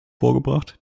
vorgebracht